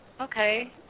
okay